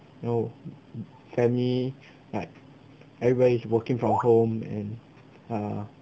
you know family like everybody is working from home and ah